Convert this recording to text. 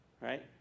Right